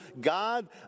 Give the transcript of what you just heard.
God